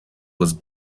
was